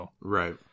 Right